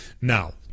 Now